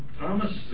Thomas